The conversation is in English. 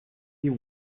you